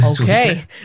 Okay